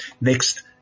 Next